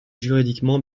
juridiquement